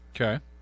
Okay